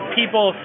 people